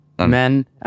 men